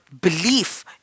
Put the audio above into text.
belief